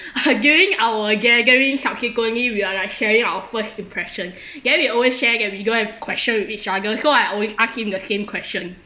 during our gathering subsequently we are like sharing our first impression then we always share that we don't have question with each other so I always ask him the same question